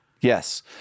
Yes